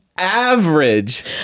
average